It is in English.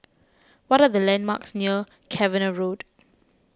what are the landmarks near Cavenagh Road